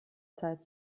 zeit